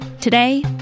Today